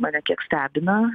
mane kiek stebina